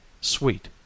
sweet